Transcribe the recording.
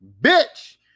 bitch